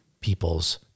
people's